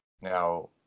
Now